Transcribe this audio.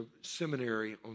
seminary